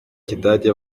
kidage